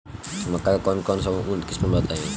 मक्का के कौन सा उन्नत किस्म बा बताई?